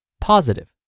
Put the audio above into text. Positive